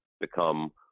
become